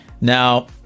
Now